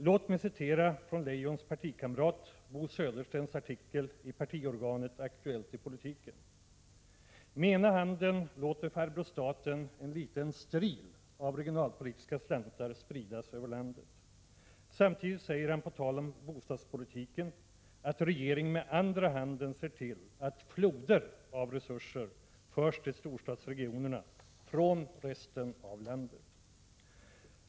Låt mig citera från statsrådet Leijons partikamrat Bo Söderstens artikel i partiorganet Aktuellt i politiken: ”Med ena handen låter farbror staten en liten stril av regionalpolitiska slantar spridas över landet.” Samtidigt säger han på tal om bostadspolitiken att regeringen med andra handen ser till att floder av resurser förs till storstadsregionerna från resten av landet.